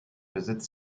besitz